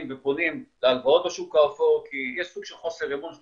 ופונים להלוואות בשוק האפור כי יש סוג של חוסר אמון של